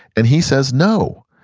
and he says no.